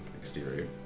exterior